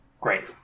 Great